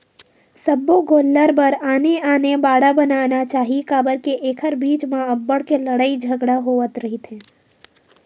सब्बो गोल्लर बर आने आने बाड़ा बनाना चाही काबर के एखर बीच म अब्बड़ के लड़ई झगरा होवत रहिथे